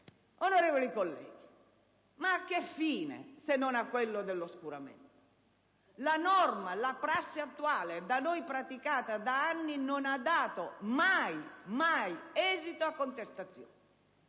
onorevoli colleghi, ma a che fine, se non a quello dell'oscuramento? La prassi attuale da noi praticata da anni non ha dato mai - mai - esito a contestazioni.